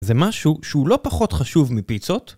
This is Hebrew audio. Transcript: זה משהו שהוא לא פחות חשוב מפיצות?